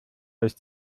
ist